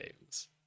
games